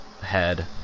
head